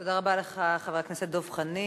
תודה רבה לך, חבר הכנסת דב חנין.